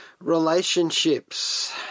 Relationships